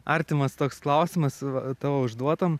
artimas toks klausimas va tavo išduotam